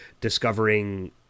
discovering